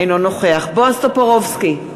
אינו נוכח בועז טופורובסקי,